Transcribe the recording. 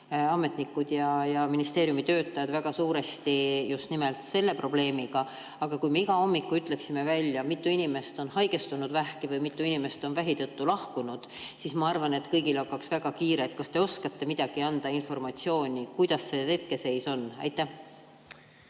ametnikud ja ministeeriumi töötajad väga suuresti just nimelt selle probleemiga. Aga kui me igal hommikul ütleksime välja, mitu inimest on haigestunud vähki või mitu inimest on vähi tõttu lahkunud, siis ma arvan, et kõigil hakkaks väga kiire. Kas te oskate anda mingit informatsiooni, kuidas hetkeseis on? Suur